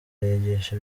yigisha